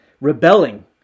rebelling